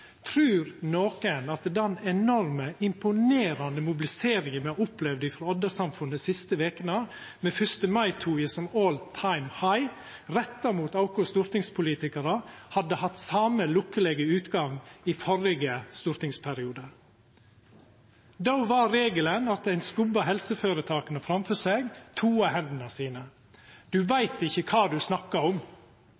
Trur nokon at den enorme, imponerande mobiliseringa me har opplevd frå Odda-samfunnet dei siste vekene, med 1. mai-toget som «all time high», retta mot oss stortingspolitikarar, hadde hatt same lukkelege utgang i førre stortingsperiode? Då var regelen at ein skubba helseføretaka framfor seg, «toa hendene sine». «Du veit ikkje kva du